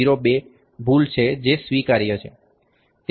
02 ભૂલ છે જે સ્વીકાર્ય છે